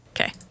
Okay